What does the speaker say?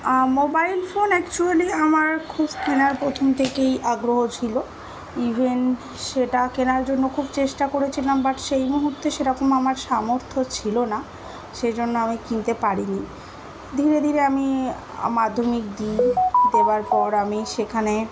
mobile phone actually আমার খুব কেনার প্রথম থেকেই আগ্রহ ছিল ইভেন সেটা কেনার জন্য খুব চেষ্টা করেছিলাম বাট সেই মুহূর্তে সেরকম আমার সামর্থ্য ছিল না সেই জন্য আমি কিনতে পারিনি ধীরে ধীরে আমি মাধ্যমিক দিয়ে দেওয়ার পর আমি সেখানে